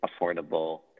affordable